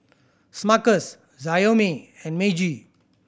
Smuckers Xiaomi and Meiji